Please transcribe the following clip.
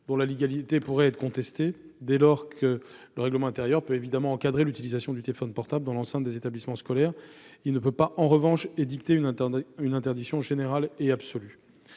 dont la légalité pourrait être contestée, dès lors que si le règlement intérieur peut évidemment encadrer l'utilisation du téléphone portable dans l'enceinte des établissements scolaires, il ne peut pas, en revanche, édicter une interdiction générale et absolue.